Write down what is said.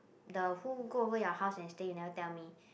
the who go over your house and stay you never tell me